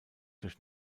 durch